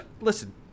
Listen